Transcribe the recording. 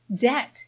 debt